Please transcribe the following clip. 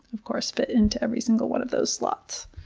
of course, fit into every single one of those slots.